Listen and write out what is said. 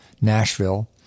Nashville